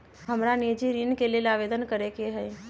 हमरा निजी ऋण के लेल आवेदन करै के हए